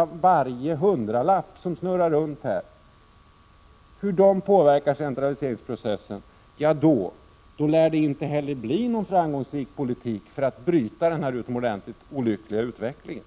av varje hundralapp som snurrar runt här — och hur centraliseringsprocessen påverkas, lär det inte bli någon framgångsrik politik för att bryta denna utomordentligt olyckliga utveckling.